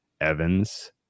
Evans